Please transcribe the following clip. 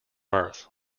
earth